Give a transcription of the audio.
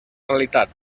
realitat